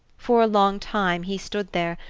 for a long time he stood there,